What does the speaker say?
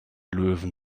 löwen